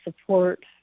support